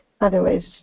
Otherwise